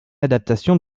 adaptation